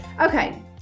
Okay